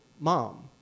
Mom